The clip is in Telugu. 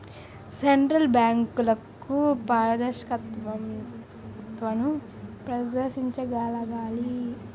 సెంట్రల్ బ్యాంకులు పారదర్శకతను ప్రదర్శించగలగాలి